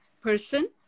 person